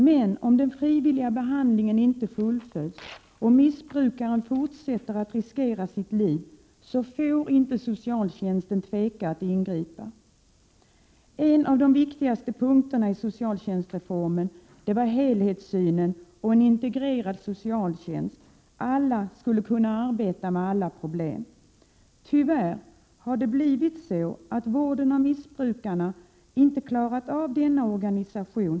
Men om den frivilliga behandlingen inte fullföljs och missbrukaren fortsätter att riskera sitt liv, då får inte socialtjänsten tveka att ingripa. En av de viktigaste punkterna vid genomförandet av socialtjänstreformen var att vi som grund för det sociala arbetet lade en helhetssyn och att vi införde en integrerad socialtjänst — alla skulle kunna arbeta med alla problem. Tyvärr har arbetet med vården av missbrukare inte fungerat i denna organisation.